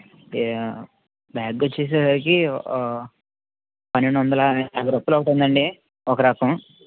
yeah bag వచ్చేసరికి పన్నెండు వందల యాభై రూపాయలు అవుతుంది అండి ఒక రకం